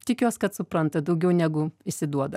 tikiuos kad supranta daugiau negu išsiduoda